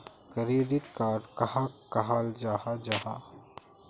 Credit card कहाक कहाल जाहा जाहा?